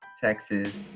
texas